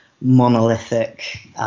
monolithic